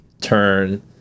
turn